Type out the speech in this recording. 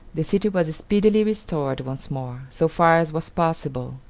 the city was speedily restored once more, so far as was possible,